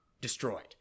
destroyed